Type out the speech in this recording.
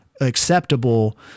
acceptable